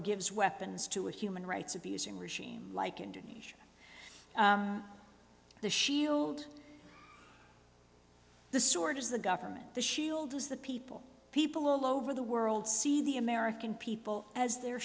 gives weapons to a human rights abusing regime like indonesia the shield the sword is the government the shield is the people people all over the world see the american people as their